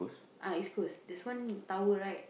ah East-Coast this one tower right